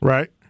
Right